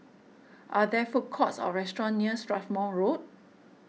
are there food courts or restaurants near Strathmore Road